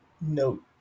note